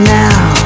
now